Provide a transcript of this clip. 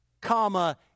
comma